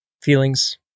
feelings